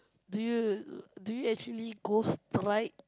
do you do you actually go strike